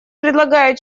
приглашаю